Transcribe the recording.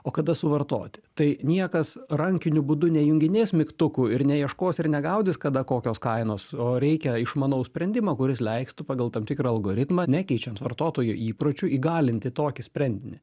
o kada suvartoti tai niekas rankiniu būdu nejunginės mygtukų ir neieškos ir negaudys kada kokios kainos o reikia išmanaus sprendimo kuris leistų pagal tam tikrą algoritmą nekeičiant vartotojų įpročių įgalinti tokį sprendinį